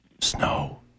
Snow